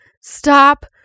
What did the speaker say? Stop